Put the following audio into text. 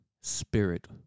spirit